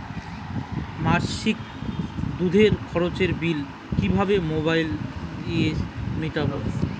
মাসিক দুধের খরচের বিল কিভাবে মোবাইল দিয়ে মেটাব?